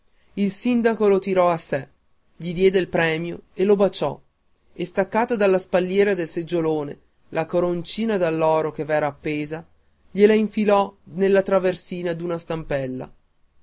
il sindaco lo tirò a sé gli diede il premio e un bacio e staccata dalla spalliera del seggiolone la coroncina d'alloro che v'era appesa glie la infilò nella traversina d'una stampella